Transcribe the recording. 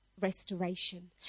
restoration